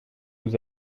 vous